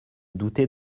douter